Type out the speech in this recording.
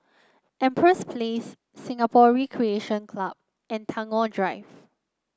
Empress Place Singapore Recreation Club and Tagore Drive